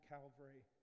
Calvary